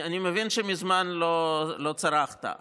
אני מבין שמזמן לא צרחת,